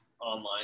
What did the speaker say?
online